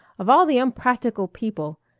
of all the unpractical people!